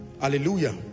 Hallelujah